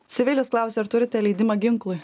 civilis klausia ar turite leidimą ginklui